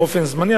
באופן זמני,